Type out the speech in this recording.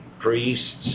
priests